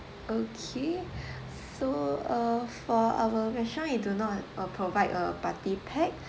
okay so uh for our restaurant we do not a provide a party pack